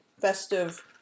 festive